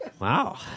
wow